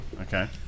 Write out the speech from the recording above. Okay